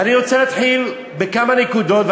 ואני רוצה להתחיל בכמה נקודות.